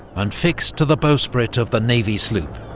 and fixed to the bowsprit of the navy sloop,